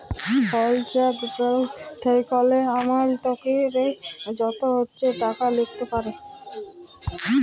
call cheque blank থ্যাইকলে আমালতকারী যত ইছে টাকা লিখতে পারে